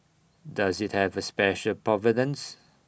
does IT have A special provenance